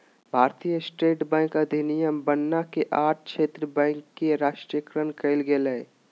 भारतीय state bank अधिनियम बनना के आठ क्षेत्र बैंक के राष्ट्रीयकरण कइल गेलय